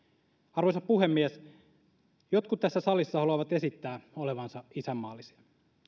arvoisa puhemies jotkut tässä salissa haluavat esittää olevansa isänmaallisia